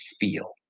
feel